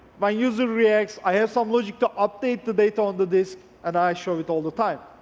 my user reacts, i have some logic to update the data on the disc and i show it all the time.